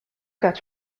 got